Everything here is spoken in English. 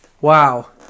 Wow